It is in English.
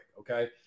okay